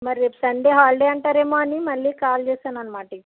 మరి రేపు Sunday holiday అంటారేమో అని మళ్ళీ కాల్ చేసాననమాట ఇప్పుడు